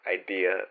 idea